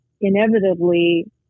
inevitably